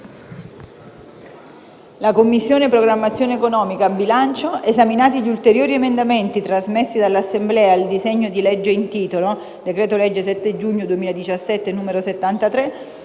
La Commissione programmazione economica, bilancio, esaminati gli ulteriori emendamenti trasmessi dall'Assemblea al disegno di legge in titolo, esprime, per quanto di competenza,